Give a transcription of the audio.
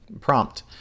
prompt